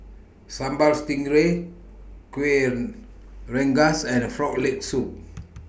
Sambal Stingray Kuih Rengas and Frog Leg Soup